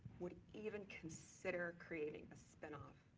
would even consider creating a spinoff.